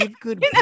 good